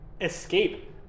Escape